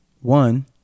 One